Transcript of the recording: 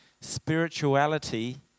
spirituality